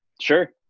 Sure